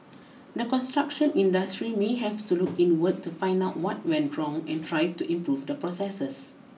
the construction industry may have to look inward to find out what went wrong and try to improve the processes